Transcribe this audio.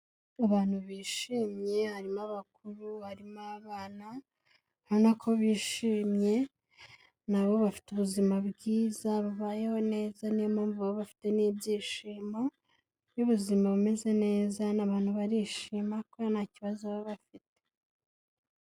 Abantu bishimye harimo abakuru harimo abana nkana ko bishimye nabo bafite ubuzima bwiza babayeho neza niyo mpamvu baba bafite n'ibyishimo by'ubuzima bumeze neza n'abantu barishima ko nta kibazo baba bafite.